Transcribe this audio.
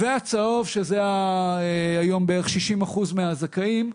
הצהוב, שזה היום בערך 60% מהזכאים,